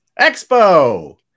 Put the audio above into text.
Expo